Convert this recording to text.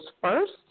first